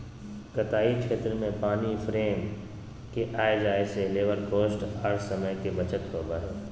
कताई क्षेत्र में पानी फ्रेम के आय जाय से लेबर कॉस्ट आर समय के बचत होबय हय